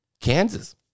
Kansas